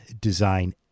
design